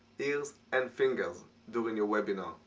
ears and fingers during your webinar.